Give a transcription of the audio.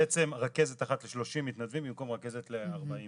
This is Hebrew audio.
בעצם רכזת אחת ל-30 מתנדבים במקום רכזת ל-40 וקצת.